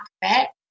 back